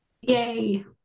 Yay